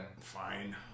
Fine